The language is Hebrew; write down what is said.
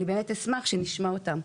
אני באמת אשמח שנשמע אותם.